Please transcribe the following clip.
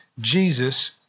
Jesus